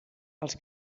els